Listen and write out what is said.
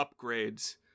upgrades